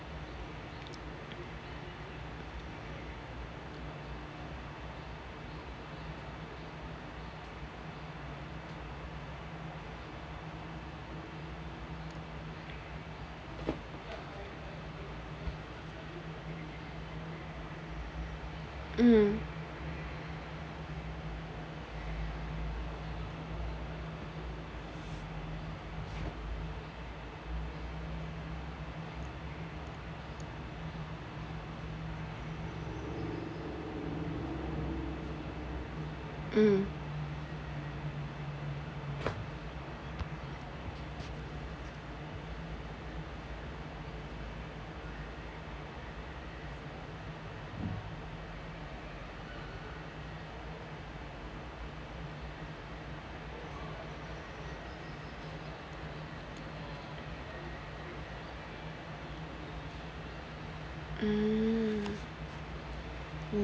um um um